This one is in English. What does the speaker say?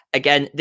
again